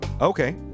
Okay